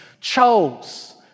chose